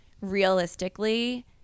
realistically